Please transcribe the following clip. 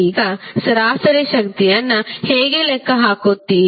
ಈಗ ಸರಾಸರಿ ಶಕ್ತಿಯನ್ನು ಹೇಗೆ ಲೆಕ್ಕ ಹಾಕುತ್ತೀರಿ